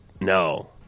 no